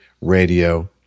radio